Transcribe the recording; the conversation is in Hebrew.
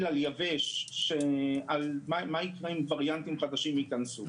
על יבש לגבי מה יקרה אם וריאנטים חדשים ייכנסו.